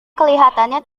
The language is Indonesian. kelihatannya